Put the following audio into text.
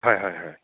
হয় হয় হয়